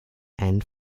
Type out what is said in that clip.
and